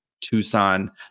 tucson